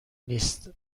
نیست